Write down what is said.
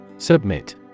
Submit